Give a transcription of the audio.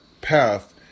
path